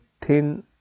thin